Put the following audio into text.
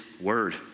word